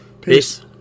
Peace